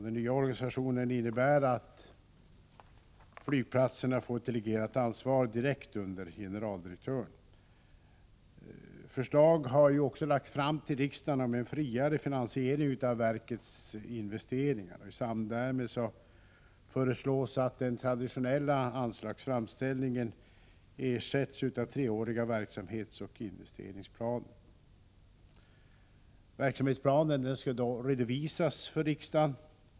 Den nya organisationen innebär att flygplatserna får ett delegerat ansvar direkt under generaldirektören. Förslag har ju också lagts fram till riksdagen om en friare finansiering av verkets investeringar. I samband därmed föreslås att den traditionella anslagsframställningen ersätts av treåriga verksamhetsoch investeringsplaner. Verksamhetsplanen skall då redovisas för riksdagen.